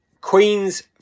Queen's